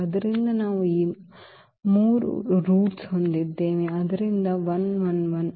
ಆದ್ದರಿಂದ ನಾವು ಈ 3 ಬೇರುಗಳನ್ನು ಹೊಂದಿದ್ದೇವೆ ಆದ್ದರಿಂದ 1 1 1